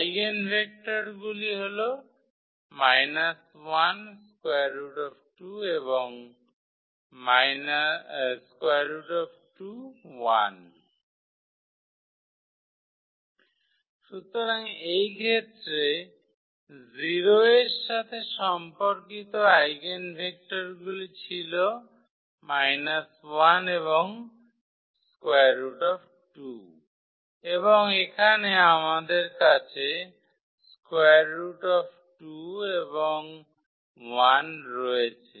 আইগেনভেক্টরগুলি হল সুতরাং এই ক্ষেত্রে 0 এর সাথে সম্পর্কিত আইগেনভেক্টরগুলি ছিল 1 এবং √2 এবং এখানে আমাদের কাছে √2 এবং 1 রয়েছে